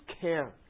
care